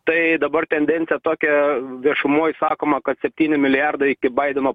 tai dabar tendencija tokia viešumoj sakoma kad septyni milijardai iki baideno